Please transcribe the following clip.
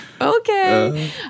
okay